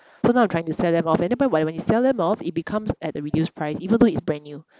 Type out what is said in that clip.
so now I'm trying to sell but when you sell them off it becomes at a reduced price even though it's brand new